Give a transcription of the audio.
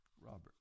Robert